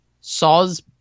Saw's